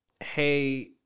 Hey